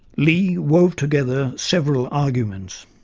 lee wove together several arguments